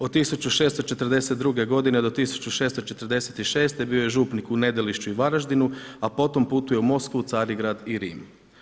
Od 1642. godine do 1646. bio je župnik u Nedelišću i Varaždinu a potom putuje u Moskvu, Carigrad i Rim.